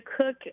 cook